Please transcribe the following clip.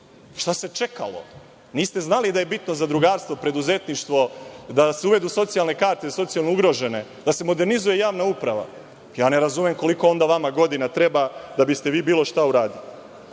Šta se čekalo? Niste znali da je bitno zadrugarstvo, preduzetništvo, da se uvedu socijalne karte za socijalno ugrožene, da se modernizuje javna uprava. Ne razumem koliko onda vama godina treba da biste vi bilo šta uradili? Vučić